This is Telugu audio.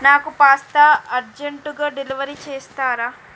నాకు పాస్తా అర్జంటుగా డెలివరీ చేస్తారా